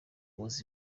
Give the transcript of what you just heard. was